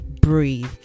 breathe